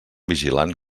vigilant